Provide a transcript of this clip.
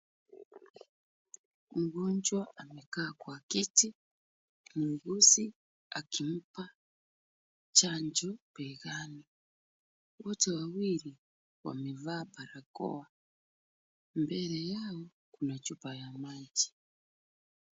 Mgonjwa amekaa kwa kiti muuguzi akimpa chanjo begani. Wote wawili wamevaa barakoa. Mbele yao kuna chupa ya maji.